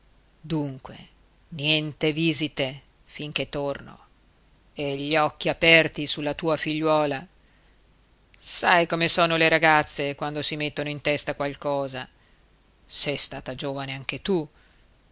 dunque niente visite finché torno e gli occhi aperti sulla tua figliuola sai come sono le ragazze quando si mettono in testa qualcosa sei stata giovane anche tu